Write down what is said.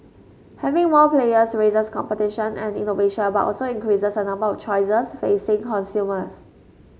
having more players raises competition and innovation but also increases the number of choices facing consumers